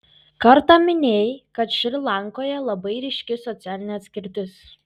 kartą minėjai kad šri lankoje labai ryški socialinė atskirtis